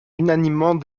unanimement